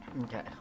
Okay